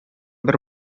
бер